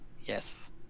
Yes